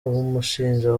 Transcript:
abamushinja